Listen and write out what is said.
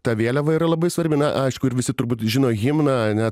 ta vėliava yra labai svarbi na aišku ir visi turbūt žino himną ane